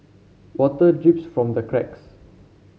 water drips from the cracks